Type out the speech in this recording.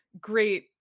great